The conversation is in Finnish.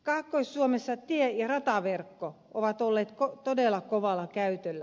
kaakkois suomessa tie ja rataverkko ovat olleet todella kovalla käytöllä